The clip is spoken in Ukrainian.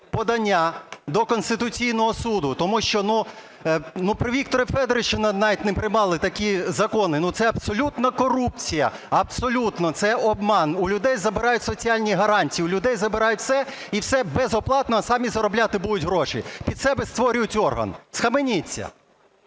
подання до Конституційного Суду, тому що при Віктору Федоровичу навіть не приймали такі закони. Це абсолютна корупція. Абсолютно, це обман. У людей забирають соціальні гарантії, у людей забирають все і все безоплатно, а самі заробляти будуть гроші. Під себе створюють орган. Схаменіться!